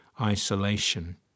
Isolation